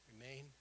remain